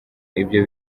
ibyo